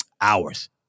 hours